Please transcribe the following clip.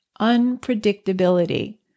unpredictability